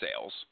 sales